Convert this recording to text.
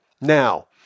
now